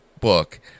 book